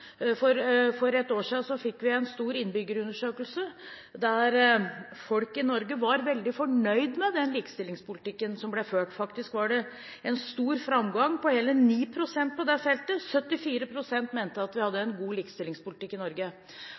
For ett år siden viste en stor innbyggerundersøkelse at folk i Norge var veldig fornøyd med den likestillingspolitikken som ble ført. Faktisk var det en stor framgang, på hele 9 pst., på dette feltet. 74 pst. mente at vi hadde en god likestillingspolitikk i Norge.